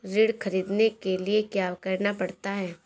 ऋण ख़रीदने के लिए क्या करना पड़ता है?